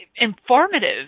informative